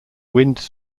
winds